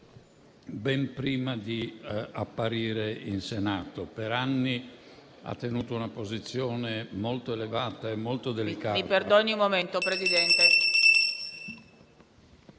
ben prima di apparire in Senato. Per anni ha tenuto una posizione molto elevata e molto delicata.